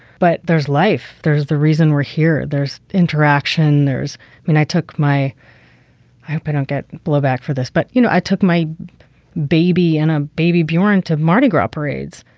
but there's life. there is the reason we're here. there's interaction. there's when i took my i hope i don't get blowback for this, but, you know, i took my baby in a baby bjorn to mardi gras parades.